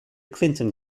clinton